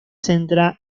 centra